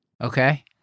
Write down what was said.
Okay